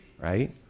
right